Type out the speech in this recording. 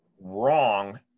wrong